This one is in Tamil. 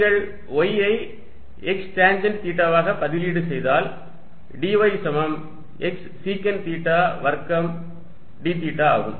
நீங்கள் Y ஐ x டேன்ஜென்ட் தீட்டாவாக பதிலீடு செய்தால் dy சமம் x சீக்கண்ட் தீட்டா வர்க்கம் d தீட்டா ஆகும்